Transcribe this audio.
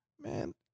man